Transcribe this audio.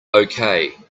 okay